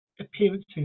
appearances